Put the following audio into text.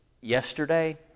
yesterday